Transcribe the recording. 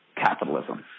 capitalism